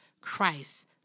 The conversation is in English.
Christ